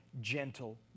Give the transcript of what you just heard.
gentle